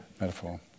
Metaphor